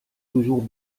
toujours